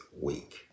week